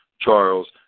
Charles